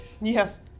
Yes